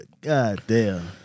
goddamn